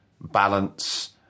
balance